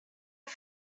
och